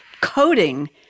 coding